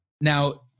Now